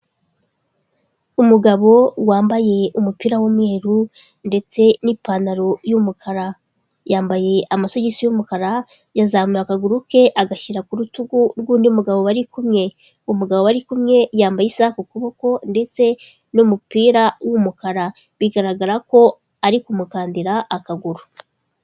Umugabo wambaye umupira w'umweru ndetse n'ipantaro y'umukara. Yambaye amasogisi y'umukara, yazamuye akaguru ke agashyira ku rutugu rw'undi mugabo bari kumwe. Umugabo bari kumwe yambaye isaha ku kuboko ndetse n'umupira w'umukara, bigaragara ko ari kumukandira akaguru.